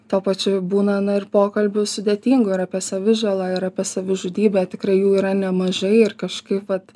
tuo pačiu būna na ir pokalbių sudėtingų ir apie savižalą ir apie savižudybę tikrai jų yra nemažai ir kažkaip vat